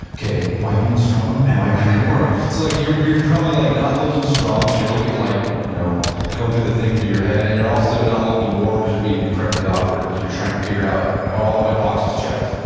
okay, am i being strong? am i being warm? so, like you're probably like not looking strong, because you're looking like, you know going through the thing through your head. and you're also not looking warm, because you're being incredibly awkward. because you're trying to figure out, all of my boxes checked.